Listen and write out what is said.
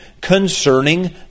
concerning